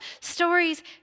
stories